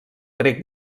grec